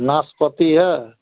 नाशपाती है